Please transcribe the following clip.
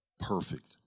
perfect